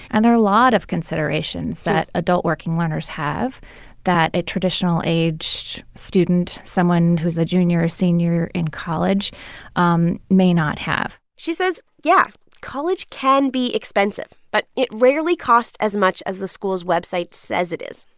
and there are a lot of considerations that adult working learners have that a traditional-aged student someone who's a junior or senior in college um may not have she says, yeah, college can be expensive, but it rarely costs as much as the school's website says it is.